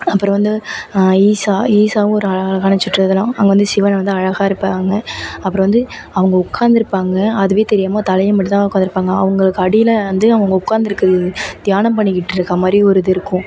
அப்புறம் வந்து ஈஷா ஈஷாவும் ஒரு அழகழகான சுற்றுலாத்தலம் அங்கே வந்து சிவன் வந்து அழகாக இருப்பாங்க அப்புறம் வந்து அவங்க உட்காந்துருப்பாங்க அதுவே தெரியாமல் தலையை மட்டும்தான் உட்காந்துருப்பாங்க அவங்களுக்கு அடியில் வந்து அவங்க உட்காந்திருக்கறது தியானம் பண்ணிக்கிட்ருக்க மாதிரி ஒரு இது இருக்கும்